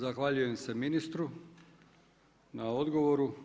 Zahvaljujem se ministru na odgovoru.